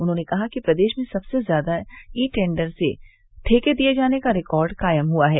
उन्होंने कहा कि प्रदेश में सबसे ज्यादा ई टेन्डर से ठेके दिये जाने का रिकार्ड कायम हुआ है